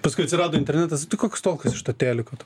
paskui atsirado internetas koks tolkas iš to teliko